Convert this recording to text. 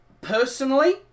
Personally